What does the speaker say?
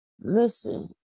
Listen